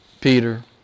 Peter